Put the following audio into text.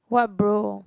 what bro